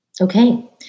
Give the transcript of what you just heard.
Okay